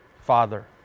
father